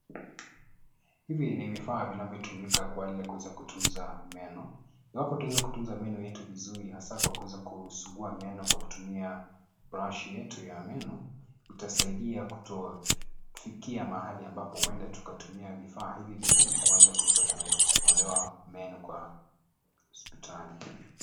Hivi ni vifaa vinavyotumika kwa hali ya kuweza kutunza meno na iwapo tuweze kutunza meno yetu vizuri hasa kwa kuweza kusugua meno kwa kutumia brashi yetu ya meno, itasaidia kutofikia mahali ambapo huenda tukatumia vifaa hivi vingine kwa ajili ya kuweza kung'olewa meno kwa hospitali.